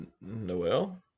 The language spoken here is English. Noel